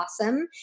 awesome